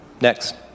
Next